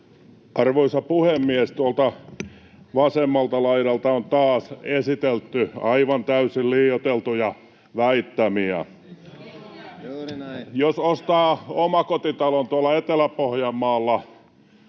Arvoisa puhemies! Tuolta vasemmalta laidalta on taas esitelty aivan täysin liioiteltuja väittämiä. [Kimmo Kiljunen: Ei kun